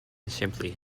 simply